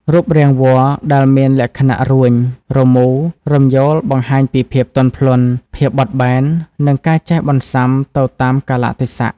រូបរាងវល្លិ៍ដែលមានលក្ខណៈរួញ រមូរ រំយោលបង្ហាញពី ភាពទន់ភ្លន់ ភាពបត់បែន និងការចេះបន្សាំ ទៅតាមកាលៈទេសៈ។